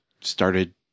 started